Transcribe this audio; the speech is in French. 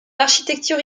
architecture